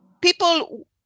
people